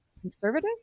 conservative